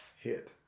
hit